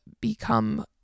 become